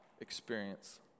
experience